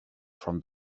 from